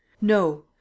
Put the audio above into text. No